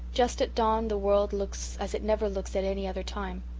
just at dawn the world looks as it never looks at any other time.